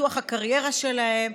פיתוח הקריירה שלהם,